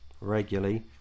regularly